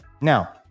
Now